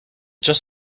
just